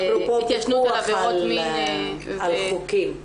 התיישנות על עבירות מין --- אפרופו פיקוח על חוקים.